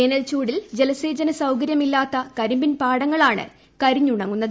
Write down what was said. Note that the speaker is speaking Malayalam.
വേനൽ ചൂടിൽ ജലസേചന സൌകര്യമില്ലാത്ത ക്രകരിമ്പിൻ പാടങ്ങളാണ് കരിഞ്ഞുണങ്ങുന്നത്